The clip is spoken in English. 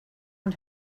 and